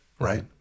right